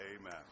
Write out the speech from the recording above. amen